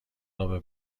رابه